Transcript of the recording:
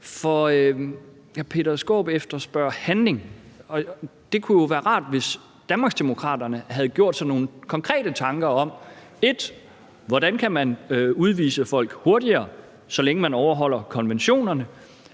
Hr. Peter Skaarup efterspørger handling, og det kunne jo være rart, hvis Danmarksdemokraterne havde gjort sig nogle konkrete tanker om, for det første, hvordan man kan udvise folk hurtigere, så længe man overholder konventionerne,